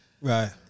Right